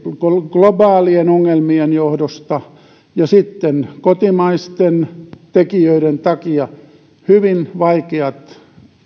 globaalien ongelmien johdosta ja sitten kotimaisten tekijöiden takia hyvin vaikeat